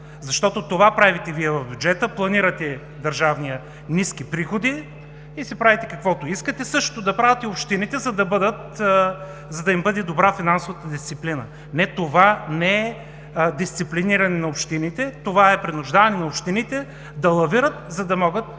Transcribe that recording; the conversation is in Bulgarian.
правят? Това правите Вие в държавния бюджет – планирате ниски приходи и си правите каквото искате, същото да правят и общините, за да им бъде добра финансовата дисциплина. Не, това не е дисциплиниране на общините. Това е принуждаване на общините, за да могат да извършат